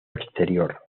exterior